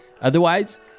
Otherwise